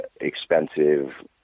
expensive